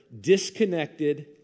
disconnected